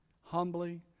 humbly